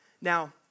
Now